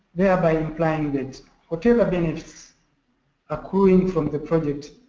thereby implying that whatever benefits accruing from the project,